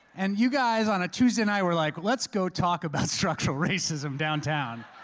and you guys on a tuesday night were like, let's go talk about structural racism downtown.